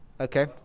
Okay